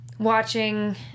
Watching